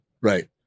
right